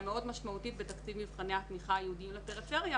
מאוד משמעותית בתקציב מבחני התמיכה הייעודים לפריפריה,